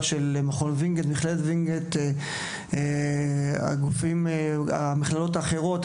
מכללת וינגייט או המכללות האחרות.